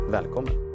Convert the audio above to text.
Välkommen